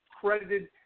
credited